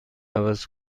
عوض